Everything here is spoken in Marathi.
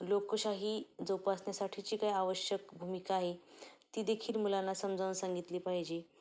लोकशाही जोपासनेसाठीची काही आवश्यक भूमिका आहे ती देखील मुलांना समजावून सांगितली पाहिजे